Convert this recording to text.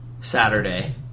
Saturday